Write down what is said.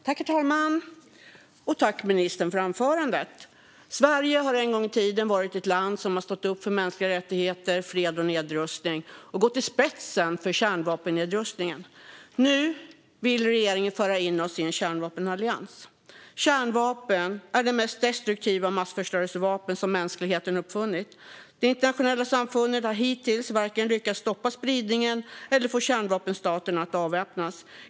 Herr talman! Tack för anförandet, ministern! Sverige har en gång i tiden varit ett land som stått upp för mänskliga rättigheter, fred och nedrustning och gått i spetsen för kärnvapennedrustningen. Nu vill regeringen föra in oss i en kärnvapenallians. Kärnvapen är det mest destruktiva massförstörelsevapen som mänskligheten uppfunnit. Det internationella samfundet har hittills varken lyckats stoppa spridningen eller få kärnvapenstaterna att avväpnas.